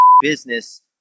business